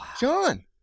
John